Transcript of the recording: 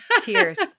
Tears